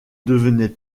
devenait